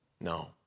No